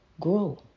grow